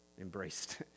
embraced